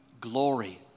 glory